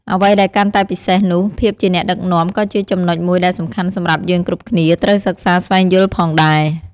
អ្វីដែលកាន់តែពិសេសនោះ ភាពជាអ្នកដឹកនាំក៏ជាចំណុចមួយដែលសំខាន់សម្រាប់យើងគ្រប់គ្នាត្រូវសិក្សាស្វែងយល់ផងដែរ។